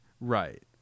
Right